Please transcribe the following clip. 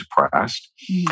depressed